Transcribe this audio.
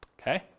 okay